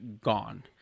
gone